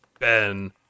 Ben